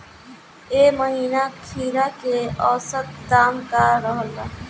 एह महीना खीरा के औसत दाम का रहल बा?